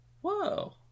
Whoa